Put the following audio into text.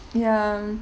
ya